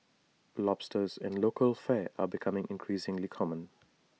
lobsters in local fare are becoming increasingly common